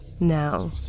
Now